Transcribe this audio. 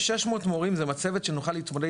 600 מורים זו מצבת עובדים שנוכל להתמודד